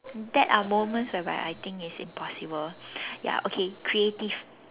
that are moments whereby I think is impossible ya okay creative